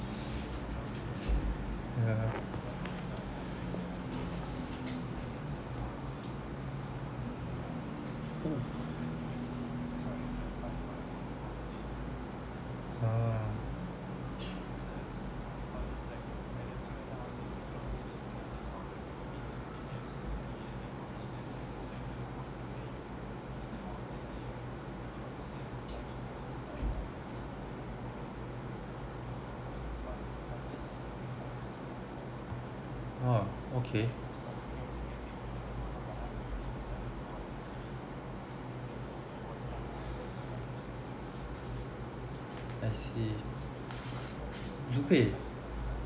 ah ah okay I see you pay